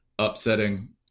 upsetting